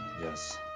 Yes